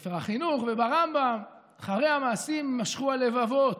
בספר החינוך וברמב"ם: אחרי המעשים יימשכו הלבבות,